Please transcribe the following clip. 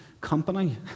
company